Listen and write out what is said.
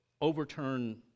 overturn